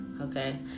Okay